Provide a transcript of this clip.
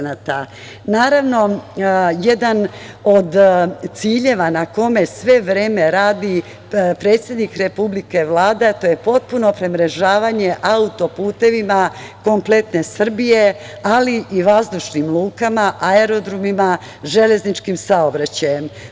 Naravno, jedan od ciljeva na kome sve vreme radi predsednik Republike i Vlada jeste potpuno premrežavanje auto-putevima kompletne Srbije, ali i vazdušnim lukama, aerodromima, železničkim saobraćajem.